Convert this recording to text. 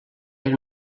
era